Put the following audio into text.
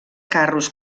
carros